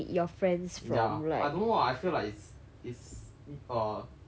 ya I don't know lah I feel like it's it's err it's very like